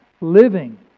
living